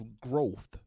growth